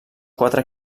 quatre